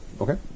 Okay